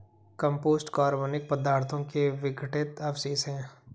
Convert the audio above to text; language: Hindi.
कम्पोस्ट कार्बनिक पदार्थों के विघटित अवशेष हैं